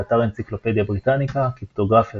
באתר אנציקלופדיה בריטניקה קריפטוגרפיה,